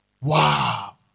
Wow